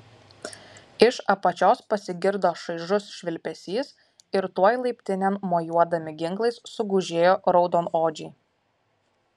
iš apačios pasigirdo šaižus švilpesys ir tuoj laiptinėn mojuodami ginklais sugužėjo raudonodžiai